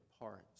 parts